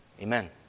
Amen